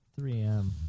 3M